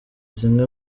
zimwe